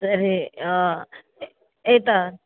तर्हि एताः